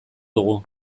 dugu